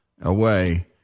away